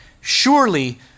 Surely